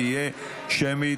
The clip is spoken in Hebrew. תהיה שמית.